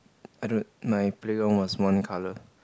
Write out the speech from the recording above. I don't my playground was one colour